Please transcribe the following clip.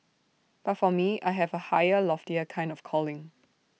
but for me I have A higher loftier kind of calling